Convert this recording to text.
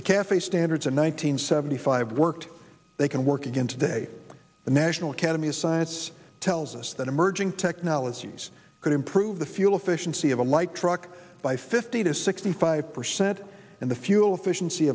the cafe standards in one nine hundred seventy five worked they can work again today the national academy of science tells us that emerging technologies could improve the fuel efficiency of a light truck by fifty to sixty five percent and the fuel efficiency